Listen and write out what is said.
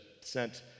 sent